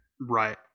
right